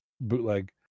bootleg